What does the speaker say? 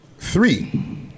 Three